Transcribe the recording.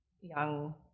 young